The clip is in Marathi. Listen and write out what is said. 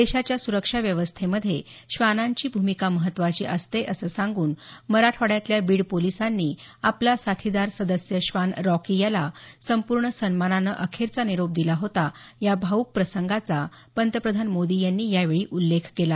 देशाच्या सुरक्षाव्यवस्थेमध्ये श्वानांची भूमिका महत्वाची असते असं सांगून मराठवाड्यातल्या बीड पोलिसांनी आपला साथीदार सदस्य श्वान रॉकी याला संपूर्ण सन्मानाने अखेरचा निरोप दिला होता या भावूक प्रसंगाचा पंतप्रधान मोदी यांनी यावेळी उल्लेख केला